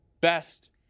best